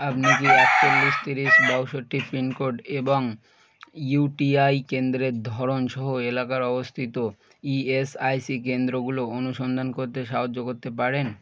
আপনি কি একচল্লিশ তিরিশ বাষট্টি পিনকোড এবং ইউ টি আই কেন্দ্রের ধরন সহ এলাকার অবস্থিত ই এস আই সি কেন্দ্রগুলো অনুসন্ধান করতে সাহয্য করতে পারেন